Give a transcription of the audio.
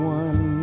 one